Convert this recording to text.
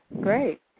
great